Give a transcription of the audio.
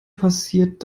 passiert